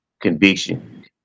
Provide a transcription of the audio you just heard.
conviction